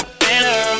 better